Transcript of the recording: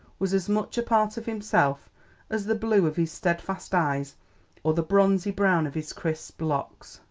was as much a part of himself as the blue of his steadfast eyes or the bronzy brown of his crisp locks.